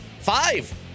Five